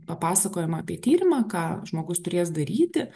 papasakojama apie tyrimą ką žmogus turės daryti